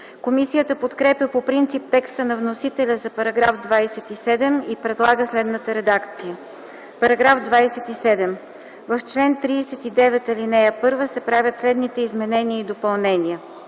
Комисията подкрепя по принцип текста на вносителя за § 26 и предлага следната редакция: „§ 26. В чл. 38 се правят следните изменения и допълнения: